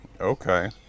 Okay